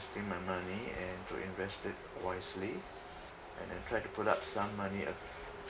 my money and to invest it wisely and that try to put up some money uh